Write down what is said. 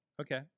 okay